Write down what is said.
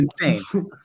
insane